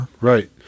Right